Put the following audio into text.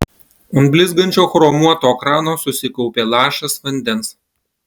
ant blizgančio chromuoto krano susikaupė lašas vandens